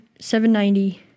790